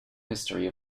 history